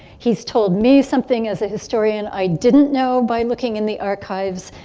he's told me something as a historian i didn't know by looking in the archives.